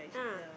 ah